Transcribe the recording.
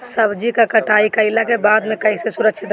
सब्जी क कटाई कईला के बाद में कईसे सुरक्षित रखीं?